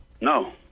no